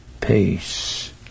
peace